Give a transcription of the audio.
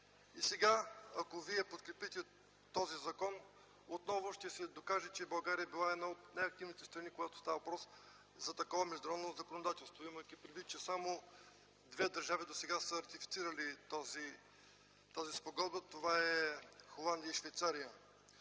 Сега, ако вие подкрепите този законопроект, отново ще се докаже, че България е била една от най-активните страни, когато става въпрос за такова международно законодателство, имайки предвид, че само две държави досега са ратифицирали тази спогодба. Това са Холандия и Швейцария.